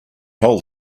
hole